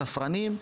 ספרנים,